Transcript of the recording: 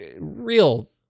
real